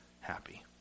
happy